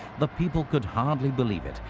the people could hardly believe it.